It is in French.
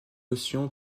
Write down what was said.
notion